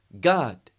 god